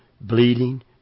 bleeding